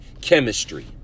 chemistry